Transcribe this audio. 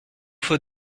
faut